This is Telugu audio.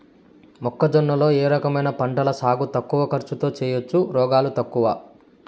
మొక్కజొన్న లో ఏ రకమైన పంటల సాగు తక్కువ ఖర్చుతో చేయచ్చు, రోగాలు తక్కువ?